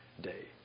day